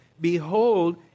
behold